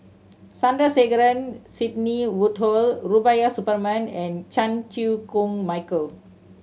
Sandrasegaran Sidney Woodhull Rubiah Suparman and Chan Chew Koon Michael